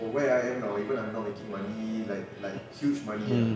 for where I am now even now I'm making money like like huge money ah